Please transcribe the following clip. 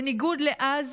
בניגוד לאז,